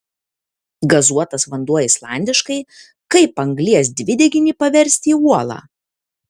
gazuotas vanduo islandiškai kaip anglies dvideginį paversti į uolą